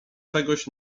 czegoś